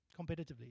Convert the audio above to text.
competitively